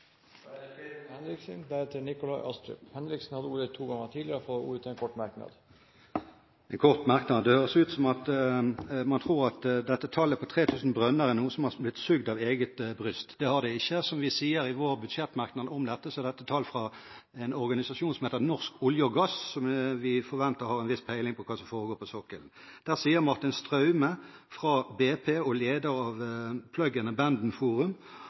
Henriksen har hatt ordet to ganger tidligere og får ordet til en kort merknad, begrenset til 1 minutt. Dette er en kort merknad. Det høres ut som om man tror at tallet på brønner, 3 000, er noe som har blitt sugd av eget bryst. Det har det ikke. Som vi sier i vår budsjettmerknad om dette, er dette tall fra en organisasjon som heter Norsk olje og gass, som vi forventer har en viss peiling på hva som foregår på sokkelen. Der sier Martin Straume – fra BP og leder av Plug & Abandonment Forum